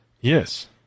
Yes